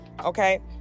okay